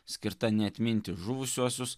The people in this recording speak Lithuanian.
skirta ne atminti žuvusiuosius